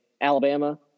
Alabama